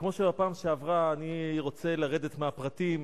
כמו בפעם שעברה, אני רוצה לרדת מהפרטים